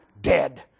dead